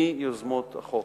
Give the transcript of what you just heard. מיוזמות החוק,